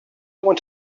want